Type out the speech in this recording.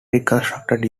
reconstructed